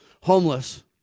homeless